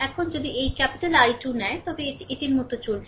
এখন যদি এই I2 নেয় তবে এটি এটির মতো চলছে